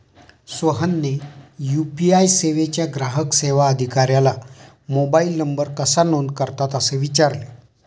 सोहनने यू.पी.आय सेवेच्या ग्राहक सेवा अधिकाऱ्याला मोबाइल नंबर कसा नोंद करतात असे विचारले